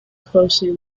closely